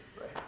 right